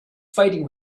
fighting